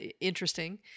interesting